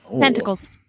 Pentacles